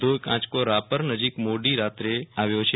વધુ એક આંચકો રાપર નજીક મોડી રાત્રે આવ્યો છે